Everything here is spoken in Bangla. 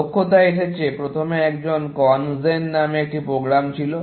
দক্ষতা এসেছে যে প্রথমে কণজেন নামে একটি প্রোগ্রাম ছিল